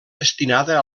destinada